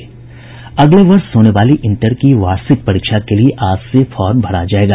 अगले वर्ष होने वाली इंटर की वार्षिक परीक्षा के लिए आज से फॉर्म भरा जायेगा